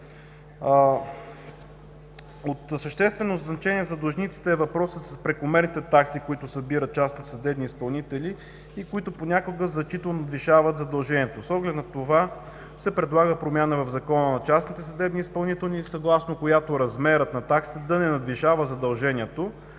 От съществено значение за длъжниците е въпросът с прекомерните такси, които събират частни съдебни изпълнители и които понякога значително надвишават задължението. С оглед на това се предлага промяна в Закона за частните съдебни изпълнители, съгласно която размерът на таксите да не надвишава задължението,